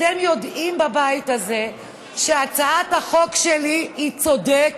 אתם יודעים בבית הזה שהצעת החוק שלי צודקת.